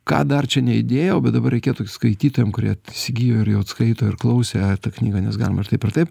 ką dar čia neįdėjau bet dabar reikėtų skaitytojam kurie įsigijo ir jau atskaito ir klausė tą knygą nes galima ir taip ir taip